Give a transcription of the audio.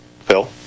phil